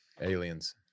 Aliens